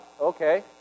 Okay